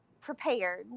prepared